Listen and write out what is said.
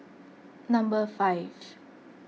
number five